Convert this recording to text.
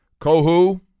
Kohu